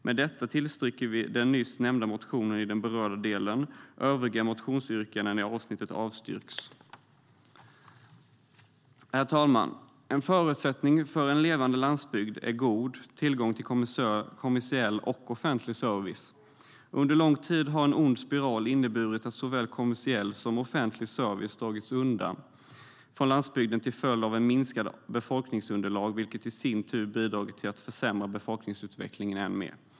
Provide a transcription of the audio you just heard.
Med detta tillstyrker vi den nyss nämnda motionen i den berörda delen. Övriga motionsyrkanden i avsnittet avstyrks. Herr talman! En förutsättning för en levande landsbygd är god tillgång till kommersiell och offentlig service. Under lång tid har en ond spiral inneburit att såväl kommersiell som offentlig service dragits undan från landsbygden till följd av ett minskat befolkningsunderlag, vilket i sin tur bidragit till att försämra befolkningsutvecklingen än mer.